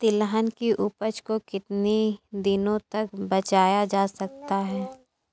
तिलहन की उपज को कितनी दिनों तक बचाया जा सकता है?